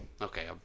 okay